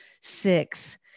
six